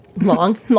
long